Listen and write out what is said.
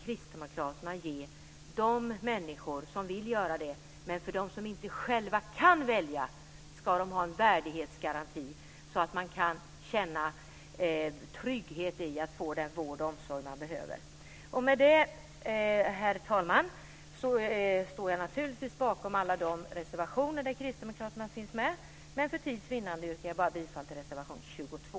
Kristdemokraterna vill ge de människor som vill välja frihet att välja. Men de som inte själva kan välja ska ha en värdighetsgaranti så att de kan känna trygghet i att få den vård och omsorg de behöver. Herr talman! Med detta står jag naturligtvis bakom alla de reservationer där kristdemokraterna finns med. Men för tids vinnande yrkar jag bifall bara till reservation 22.